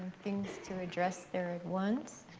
things to address there at once.